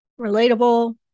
relatable